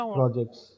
projects